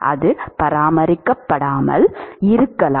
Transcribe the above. அது பராமரிக்கப்படாமல் இருக்கலாம்